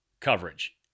coverage